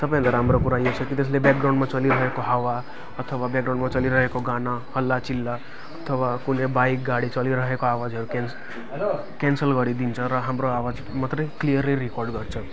सबैभन्दा राम्रो कुरा यो छ कि त्यसले ब्याकग्राउन्डमा चलिरहेको हावा अथवा ब्याकग्राउन्डमा चलिरहेको गाना हल्लाचिल्ला अथवा कुनै बाइक गाडीहरू चलिरहेको आवाजहरू केन क्यान्सल गरिदिन्छ र हाम्रो आवाज मात्रै क्लियरली रिकर्ड गर्छ